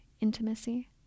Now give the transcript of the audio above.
intimacy